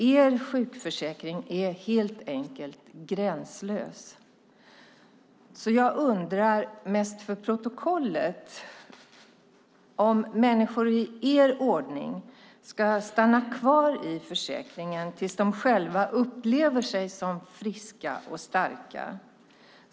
Er sjukförsäkring är helt enkelt gränslös. Jag undrar, mest för protokollet, om människor i er ordning ska stanna kvar i försäkringen tills de själva upplever sig som friska och starka.